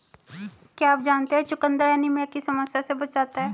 क्या आप जानते है चुकंदर एनीमिया की समस्या से बचाता है?